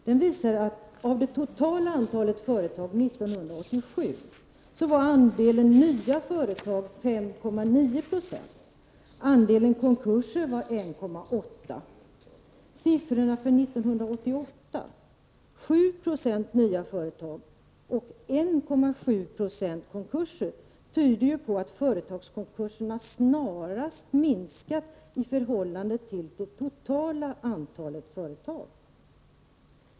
Den visar att av det totala antalet företag år 1987 var andelen nya företag 5,9 70, och andelen konkurser var 1,8 90. Siffrorna för år 1988 visar att det var 7 90 nya företag och 1,7 70 konkurser. Det tyder på att företagskonkurserna snarare minskar i antal i förhållande till det totala antalet företag.